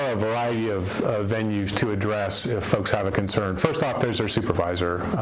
ah variety of venues to address if folks have a concern. first off, there's their supervisor,